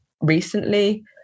recently